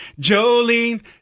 Jolene